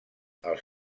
els